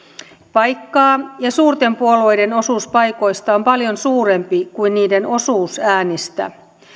paikkaa ja suurten puolueiden osuus paikoista on paljon suurempi kuin niiden osuus äänistä